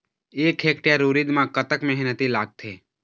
एक हेक्टेयर उरीद म कतक मेहनती लागथे?